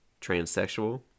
transsexual